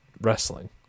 wrestling